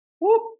whoop